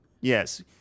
Yes